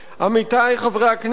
עמיתי חברי הכנסת,